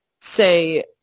say